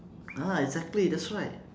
ah exactly that's right